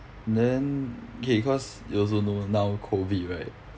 then okay cause you also know now COVID right